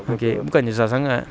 okay bukannya susah sangat